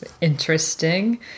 interesting